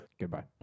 Goodbye